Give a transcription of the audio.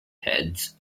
heads